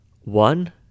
One